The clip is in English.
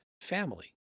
family